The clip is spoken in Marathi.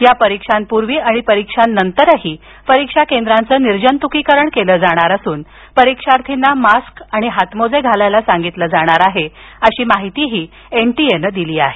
या परीक्षांपूर्वी आणि नंतरही परीक्षा केंद्रांचं निर्जंतुकीकरण केलं जाणार असून परीक्षार्थींनाही मास्क आणि हातमोजे घालण्यास सांगितलं जाणार आहे अशी माहिती एनटीए नं दिली आहे